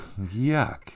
Yuck